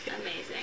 Amazing